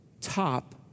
top